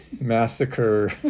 massacre